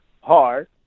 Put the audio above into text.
hard